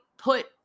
put